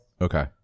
Okay